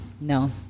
No